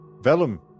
Vellum